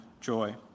joy